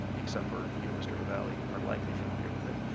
ah except for you mr. lavalley are likely familiar with it.